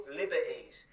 liberties